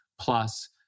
plus